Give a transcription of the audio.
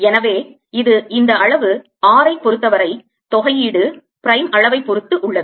எனவே இது இந்த அளவு rஐ பொறுத்தவரை தொகையீடு பிரைம் அளவைப் பொறுத்து உள்ளது